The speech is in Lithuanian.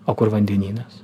o kur vandenynas